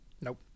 Nope